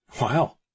wow